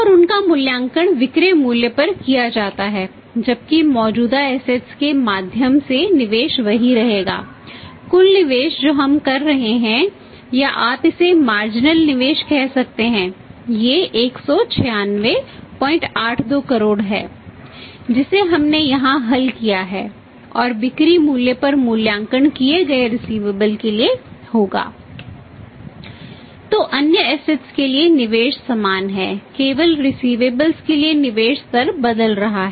और उनका मूल्यांकन विक्रय मूल्य पर किया जाता है जबकि मौजूदा असेट्स के लिए निवेश स्तर बदल रहा है